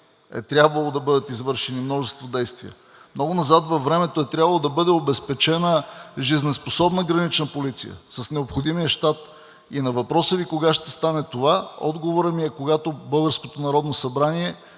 е трябвало да бъдат извършени множество действия, много назад във времето е трябвало да бъде обезпечена жизнеспособна Гранична полиция с необходимия щат. На въпроса Ви: кога ще стане това, отговорът ми е: когато българското Народно събрание